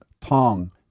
tong